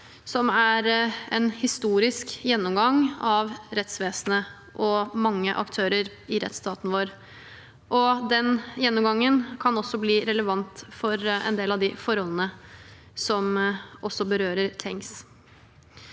som er en historisk gjennomgang av rettsvesenet og mange aktører i rettsstaten vår. Den gjennomgangen kan også bli relevant for en del av forholdene som berører Tengs-saken.